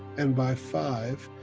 and by five,